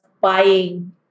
buying